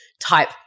type